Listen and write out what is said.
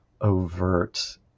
overt